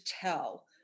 tell